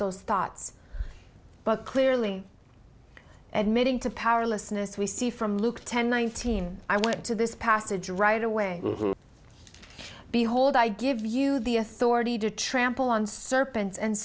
those thoughts but clearly admitting to powerlessness we see from luke ten nineteen i went to this passage right away behold i give you the authority to trample on serpents and